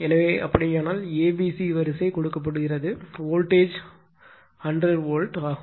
எனவே அப்படியானால் abc வரிசை கொடுக்கப்படுகிறது வோல்டேஜ் 100 வோல்ட் ஆகும்